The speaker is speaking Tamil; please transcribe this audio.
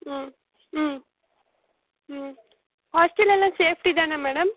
ம் ம் ம் ஹாஸ்ட்டல் எல்லாம் சேஃப்ட்டி தானே மேடம்